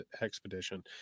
expedition